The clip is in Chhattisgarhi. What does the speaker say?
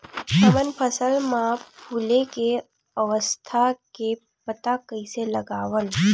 हमन फसल मा फुले के अवस्था के पता कइसे लगावन?